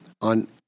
on